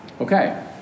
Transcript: Okay